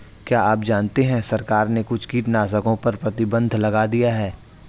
क्या आप जानते है सरकार ने कुछ कीटनाशकों पर प्रतिबंध लगा दिया है?